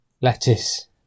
lettuce